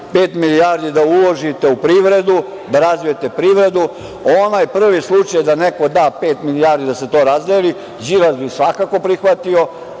milijardi da uložite u privredu, da razvijete privredu, onaj prvi slučaj da neko da pet milijardi da se to razdeli, Đilas bi svakako prihvatio,